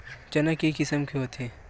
चना के किसम के होथे?